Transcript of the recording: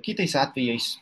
kitais atvejais